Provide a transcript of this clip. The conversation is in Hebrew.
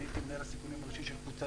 אני הייתי מנהל הסיכונים הראשי של קבוצת